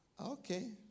Okay